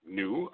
new